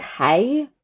okay